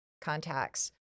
contacts